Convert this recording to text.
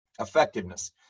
effectiveness